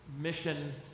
mission